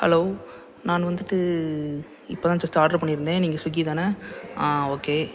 hello நான் வந்துட்டு இப்போதான் ஜஸ்ட் ஆட்ரு பண்ணியிருந்தேன் நீங்கள் ஸ்விகி தானே ஓகே